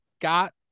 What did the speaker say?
got